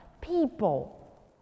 People